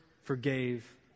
forgave